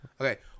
Okay